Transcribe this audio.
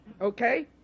Okay